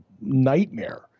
nightmare